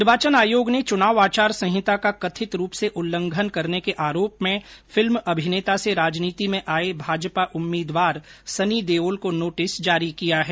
निर्वाचन आयोग ने चुनाव आचार संहिता का कथित रूप से उल्लंघन करने के आरोप में फिल्म अभिनेता से राजनीति में आए भाजपा उम्मीदवार सनी देओल को नोटिस जारी किया है